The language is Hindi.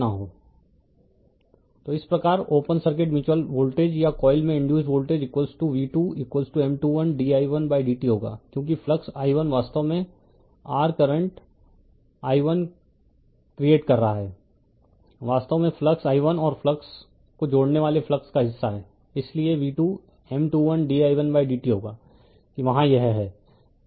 रिफर स्लाइड टाइम 0338 तो इस प्रकार ओपन सर्किट म्यूचुअल वोल्टेज या कॉइल में इंडयुसड वोल्टेज v2M21di1dt होगा क्योंकि फ्लक्स i1वास्तव में r करंट i1 क्रिएट कर रहा है वास्तव में फ्लक्स i1 और फ्लक्स को जोड़ने वाले फ्लक्स का हिस्सा हैं इसलिए v2 M21di1dt होगा कि वहाँ यह है